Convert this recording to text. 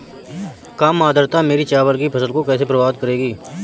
कम आर्द्रता मेरी चावल की फसल को कैसे प्रभावित करेगी?